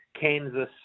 Kansas